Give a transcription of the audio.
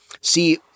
See